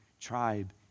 tribe